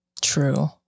True